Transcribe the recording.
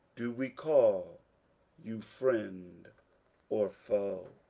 do we call you friend or foe?